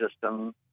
system